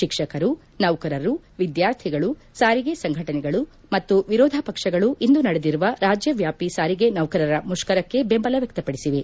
ಶಿಕ್ಷಕರು ನೌಕರರು ವಿದ್ಯಾರ್ಥಿಗಳು ಸಾರಿಗೆ ಸಂಘಟನೆಗಳು ಮತ್ತು ವಿರೋಧ ಪಕ್ಷಗಳು ಇಂದು ನಡೆದಿರುವ ರಾಜ್ಯವ್ಯಾಪಿ ಸಾರಿಗೆ ನೌಕರರ ಮುಷ್ಕರಕ್ಷೆ ಬೆಂಬಲ ವ್ಯಕ್ತಪಡಿಸಿವೆ